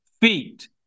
feet